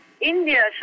India